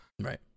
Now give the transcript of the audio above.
Right